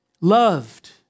loved